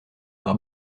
par